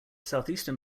southeastern